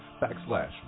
backslash